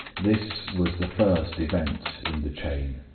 this was the first event in the chain.